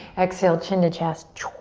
exhale, chin to chest.